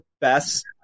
best